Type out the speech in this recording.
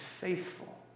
faithful